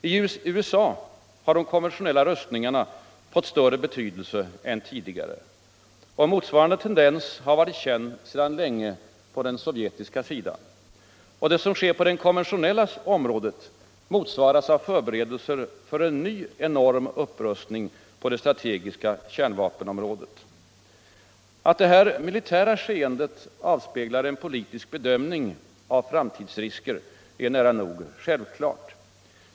I USA har de konventionella rustningarna fått större betydelse än tidigare. Motsvarande tendens har varit känd sedan länge på den sovjetiska sidan. Och det som sker på det konventionella området motsvaras av förberedelser för en ny, enorm upprustning på det strategiska kärnvapenområdet. Att det här militära skeendet avspeglar en politisk bedömning av framtidsrisker är nära nog självklart.